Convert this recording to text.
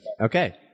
Okay